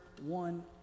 one